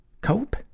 cope